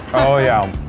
oh yeah!